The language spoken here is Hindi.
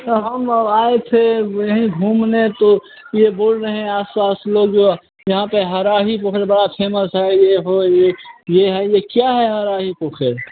सर हम आए थे यहीं घूमने तो ये बोल रहे है आस पास में जो यहाँ पर हराही पोखर फेमस है ये कोई ये क्या है हरा ये पूछ रहे हैं